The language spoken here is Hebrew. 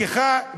בדיחה,